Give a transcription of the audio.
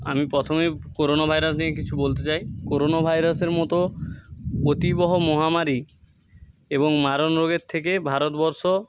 আমি প্রথমেই corona virus নিয়ে কিছু বলতে চাই করোনা ভাইরাসের মতো অতিবহ মহামারী এবং মারণ রোগের থেকে ভারতবর্ষ